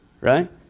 Right